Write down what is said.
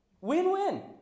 Win-win